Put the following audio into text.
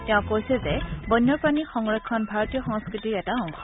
তেওঁ কৈছে যে বন্যপ্ৰাণী সংৰক্ষণ ভাৰতীয় সংস্কৃতিৰ এটা অংশ